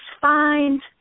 find